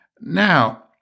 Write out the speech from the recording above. Now